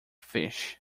fish